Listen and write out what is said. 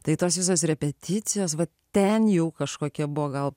tai tos visos repeticijos vat ten jau kažkokia buvo gal